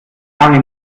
lange